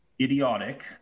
idiotic